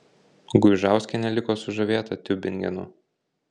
guižauskienė liko sužavėta tiubingenu